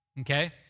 okay